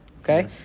okay